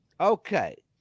Okay